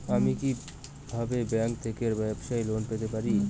আমি কি কিভাবে ব্যাংক থেকে ব্যবসায়ী লোন পেতে পারি?